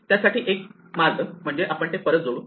त्यासाठी एक मार्ग म्हणजे आपण ते परत जोडू